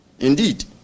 Indeed